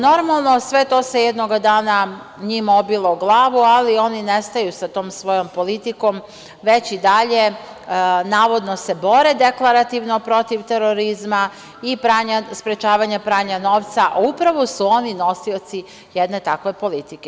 Normalno, sve to se jednoga dana njima obilo o glavu, ali oni ne staju sa tom svojom politikom, već i dalje, navodno, se bore deklarativno protiv terorizma i sprečavanja pranja novca, a upravo su oni nosioci jedne takve politike.